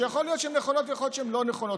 שיכול להיות שהן נכונות ויכול להיות שהן לא נכונות,